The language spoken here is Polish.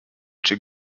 czy